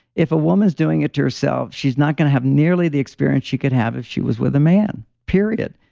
if a woman's doing it to herself, she's not going to have nearly the experience she could have if she was with a man, period.